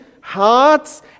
hearts